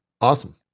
Awesome